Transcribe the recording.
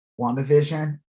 WandaVision